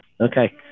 Okay